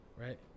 Right